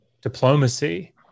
diplomacy